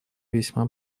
весьма